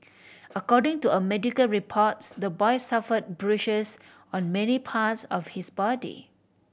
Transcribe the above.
according to a medical reports the boy suffered bruises on many parts of his body